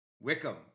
Wickham